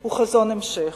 הוא חזון המשך.